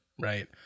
right